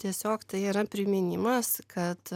tiesiog tai yra priminimas kad